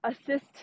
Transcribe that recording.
assist